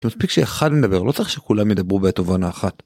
זה מספיק שאחד מדבר, לא צריך שכולם ידברו בעת ובעונה אחת.